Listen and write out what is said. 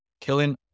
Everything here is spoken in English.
killing